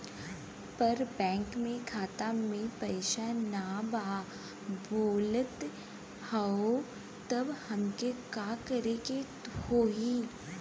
पर बैंक मे खाता मे पयीसा ना बा बोलत हउँव तब हमके का करे के होहीं?